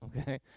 okay